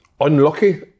unlucky